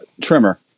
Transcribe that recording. trimmer